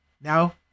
Now